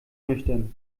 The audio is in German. nüchtern